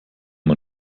man